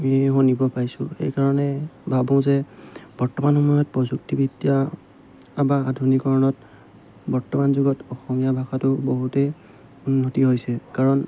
আমি শুনিব পাৰিছোঁ সেইকাৰণে ভাবোঁ যে বৰ্তমান সময়ত প্ৰযুক্তিবিদ্যা বা আধুনিকীকৰণত বৰ্তমান যুগত অসমীয়া ভাষাটো বহুতেই উন্নতি হৈছে কাৰণ